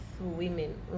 women